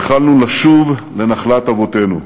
ייחלנו לשוב לנחלת אבותינו.